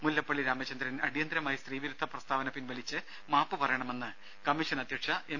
മുല്ലപ്പള്ളി രാമചന്ദ്രൻ അടിയന്തരമായി സ്ത്രീ വിരുദ്ധ പ്രസ്താവന പിൻവലിച്ച് മാപ്പ് പറയണമെന്ന് കമ്മീഷൻ അധ്യക്ഷ എം